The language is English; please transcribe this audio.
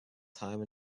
time